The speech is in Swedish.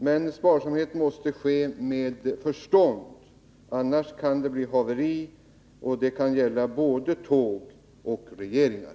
Men sparsamheten måste iakttas med förstånd — annars kan det bli haveri. Det kan gälla både tåg och regeringar.